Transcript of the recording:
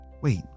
Wait